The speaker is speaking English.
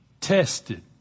tested